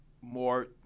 more